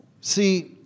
See